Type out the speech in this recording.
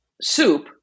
soup